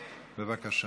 בבקשה.